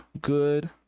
good